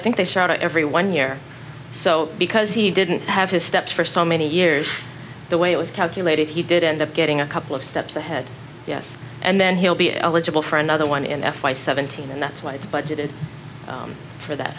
think they start every one year so because he didn't have his steps for so many years the way it was calculated he did end up getting a couple of steps ahead yes and then he'll be eligible for another one in f y seventeen and that's why it's budgeted for that